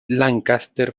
lancaster